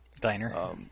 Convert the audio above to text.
diner